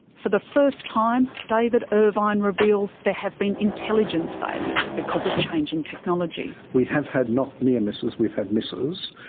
for the first time, david irvine reveals there have been intelligence failures because of changing technology. we have had not near misses we've had misses.